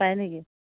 পাই নেকি